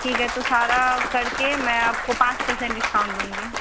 ठीक है तो सारा करके मैं आपको पाँच परसेंट डिश्काउंट दूँगी